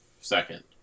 second